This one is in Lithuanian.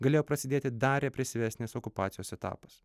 galėjo prasidėti dar represyvesnės okupacijos etapas